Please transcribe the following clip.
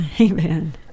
amen